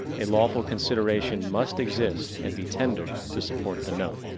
a lawful consideration must exist and be tendered to support the note.